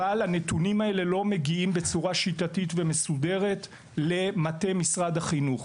אבל הנתונים האלה לא מגיעים בצורה שיטתית ומסודרת למטה משרד החינוך.